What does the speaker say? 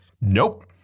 nope